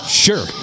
Sure